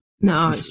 No